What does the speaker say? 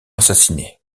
assassiné